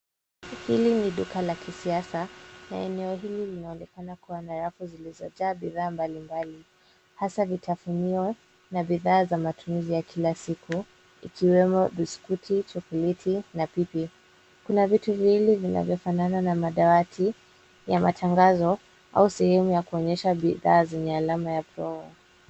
Hili ni duka la kisasa na eneo hili linaonekana kuwa na rafu zilizojaa bidhaa mbalimbali, hasa vitafunio na bidhaa za matumizi ya kila siku ikiwemo biskuti, chokoleti na pipi. Kuna viti viwili vinavyofanana na madawati ya matangazo au sehemu ya kuonyesha bidhaa zenye alama ya promo .